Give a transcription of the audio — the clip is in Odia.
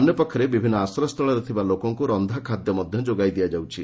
ଅନ୍ୟ ପକ୍ଷରେ ବିଭିନ୍ ଆଶ୍ରୟ ସ୍ଚୁଳରେ ଥିବା ଲୋକମାନଙ୍କୁ ରକ୍ଷା ଖାଦ୍ଧ ମଧ୍ଧ ଯୋଗାଇ ଦିଆଯାଉଛି